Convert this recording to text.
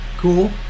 Cool